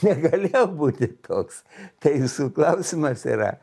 negalėjau būti toks tai jūsų klausimas yra